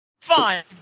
Fine